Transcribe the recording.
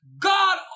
God